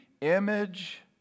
image